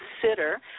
consider